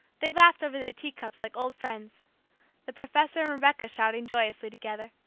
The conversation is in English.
they laughed over their teacups like old friends the professor and rebecca shouting joyously together,